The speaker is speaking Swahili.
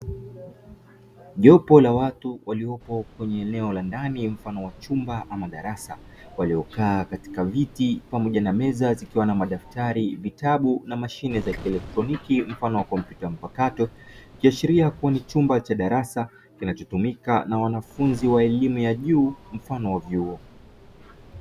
Jopo la watu waliopo kwenye eneo la ndani mfano wa chumba ama darasa, waliokaa katika viti pamoja na meza zikiwa na madaftari, vitabu na mashine za kielektroniki mfano wa kompyuta mpakato. Ikiashiria kuwa ni chumba cha darasa kinachotumika na wanafunzi wa elimu ya juu, mfano wa vyuo.